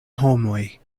homoj